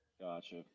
Gotcha